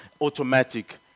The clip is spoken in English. automatic